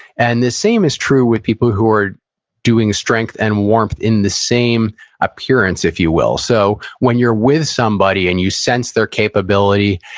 and the same is true with people who are doing the strength and warmth in the same appearance, if you will. so, when you're with somebody, and you sense their capability,